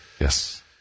Yes